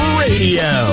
radio